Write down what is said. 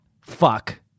Fuck